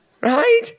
Right